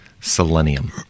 selenium